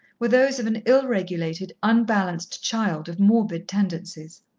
were those of an ill-regulated, unbalanced child of morbid tendencies.